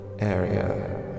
Area